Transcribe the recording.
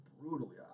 brutally